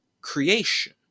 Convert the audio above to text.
creation